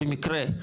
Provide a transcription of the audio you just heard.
במקרה,